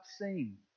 seen